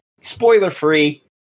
spoiler-free